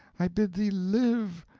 i bid thee live,